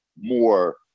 more